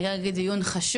אני רגילה להגיד דיון חשוב,